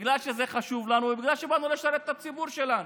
ובגלל שזה חשוב לנו ובגלל שבאנו לשרת את הציבור שלנו,